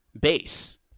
base